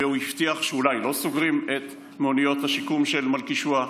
והוא הבטיח שאולי לא סוגרים את מעוניות השיקום של מלכישוע.